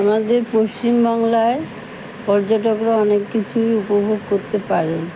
আমাদের পশ্চিমবাংলায় পর্যটকরা অনেক কিছুই উপভোগ করতে পারেন